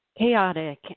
chaotic